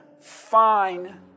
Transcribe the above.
fine